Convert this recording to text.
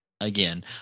again